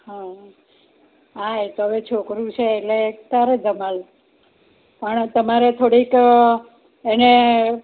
હા એ તો હવે છોકરું છે એટલે કરે ધમાલ પણ તમારે થોડીક એને